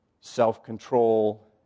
self-control